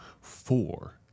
four